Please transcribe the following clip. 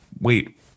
wait